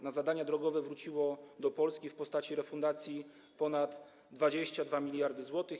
Na zadania drogowe wróciły do Polski w postaci refundacji ponad 22 mld zł.